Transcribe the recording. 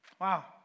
Wow